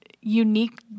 unique